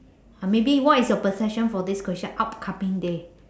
uh maybe what is your perception for this question upcoming day